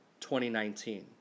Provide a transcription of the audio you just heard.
2019